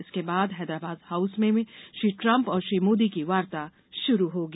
इसके बाद हैदराबाद हाउस में श्री ट्रम्प और श्री मोदी की वार्ता शुरू होगी